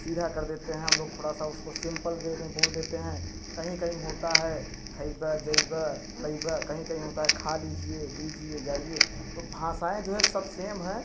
सीधा कर देते हैं हम लोग थोड़ा सा उसको सिंपल वे में बोल देते हैं कहीं कहीं होता है खइबा जइबा अइबा कहीं कहीं होता है खा लीजिए लीजिए जाइए तो भाषाऍं जो है सब सेम हैं